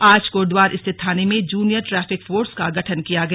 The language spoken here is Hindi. आज कोटद्वार स्थित थाने में जूनियर ट्रैफिक फोर्स का गठन किया गया